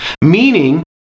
meaning